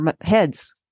heads